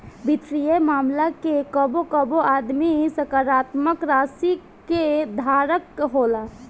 वित्तीय मामला में कबो कबो आदमी सकारात्मक राशि के धारक होला